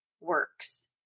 works